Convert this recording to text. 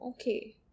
Okay